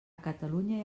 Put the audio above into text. catalunya